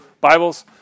Bibles